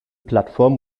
plattform